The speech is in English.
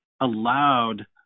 allowed